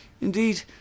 Indeed